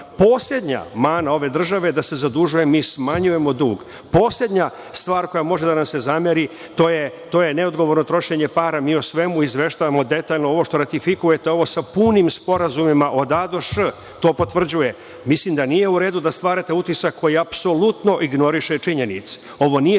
opravdava. Poslednja mana ove države je da se zadužuje. Mi smanjujemo dug. Poslednja stvar koja može da nam se zameri to je neodgovorno trošenje para. Mi o svemu izveštavamo detaljno ovo što ratifikujete, ovo sa punim sporazumima od „a“ do „š“ to potvrđuje. Mislim da nije u redu da stvarate utisak, koji apsolutno ignoriše činjenice, ovo nije